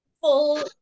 full